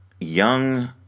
young